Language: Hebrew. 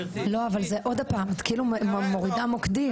לא, אבל זה עוד פעם את כאילו מורידה מוקדים.